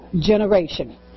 generation